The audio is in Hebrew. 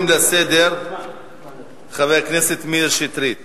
חבר הכנסת שטרית